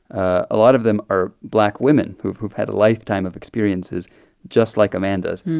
ah a lot of them are black women who've who've had a lifetime of experiences just like amanda's.